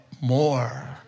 more